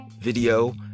video